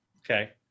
okay